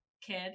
kid